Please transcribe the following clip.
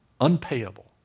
Unpayable